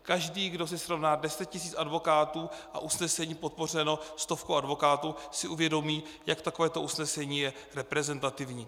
Každý, kdo si srovná deset tisíc advokátů a usnesení podpořeno stovkou advokátů, si uvědomí, jak takovéto usnesení je reprezentativní.